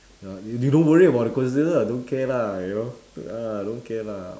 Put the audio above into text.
you don't worry about the consequences ah don't care lah you know ah don't care lah